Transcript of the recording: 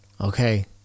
Okay